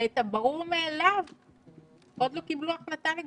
ואת הברור מאליו עוד לא קיבלו החלטה לגביו.